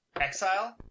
Exile